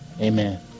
Amen